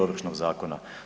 Ovršnog zakona.